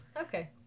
Okay